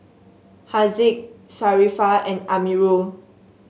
Haziq Sharifah and Amirul